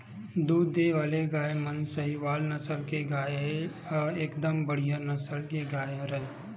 दूद देय वाले गाय म सहीवाल नसल के गाय ह एकदम बड़िहा नसल के गाय हरय